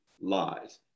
lies